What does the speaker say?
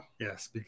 Yes